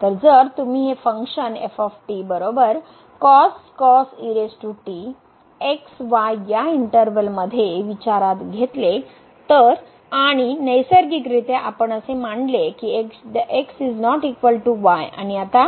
तर जर तुम्ही हे फंक्शन या इनटरवल मध्ये विचारात घेतले तर आणि नैसर्गिकरित्या आम्ही असे मानले की x ≠ y आणि आता